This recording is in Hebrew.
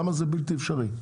למה זה בלתי אפשרי?